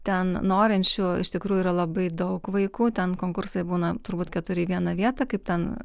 ten norinčių iš tikrųjų yra labai daug vaikų ten konkursai būna turbūt keturi į vieną vietą kaip ten